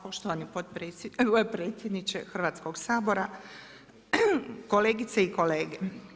Poštovani predsjedniče Hrvatskoga sabora, kolegice i kolege!